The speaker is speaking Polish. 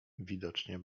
widocznie